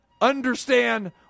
understand